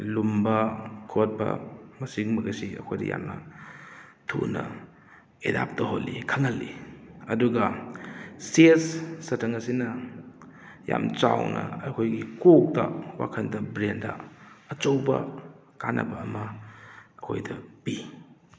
ꯂꯨꯝꯕ ꯈꯣꯠꯄ ꯃꯁꯤꯒꯨꯝꯕꯒꯁꯤ ꯑꯩꯈꯣꯏꯗ ꯌꯥꯝꯅ ꯊꯨꯅ ꯑꯦꯗꯥꯞ ꯇꯧꯍꯜꯂꯤ ꯈꯪꯍꯜꯂꯤ ꯑꯗꯨꯒ ꯆꯦꯁ ꯁꯇ꯭ꯔꯪ ꯑꯁꯤꯅ ꯌꯥꯝ ꯆꯥꯎꯅ ꯑꯩꯈꯣꯏꯒꯤ ꯀꯣꯛꯇ ꯋꯥꯈꯜꯗ ꯕ꯭ꯔꯦꯟꯗ ꯑꯆꯧꯕ ꯀꯥꯟꯅꯕ ꯑꯃ ꯑꯩꯈꯣꯏꯗ ꯄꯤ